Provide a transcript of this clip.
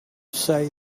say